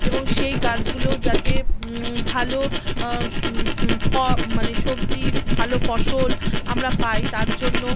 এবং সেই গাছগুলোও যাতে ভালো স্ ফ মানে সবজি ভালো ফসল আমরা পাই তার জন্য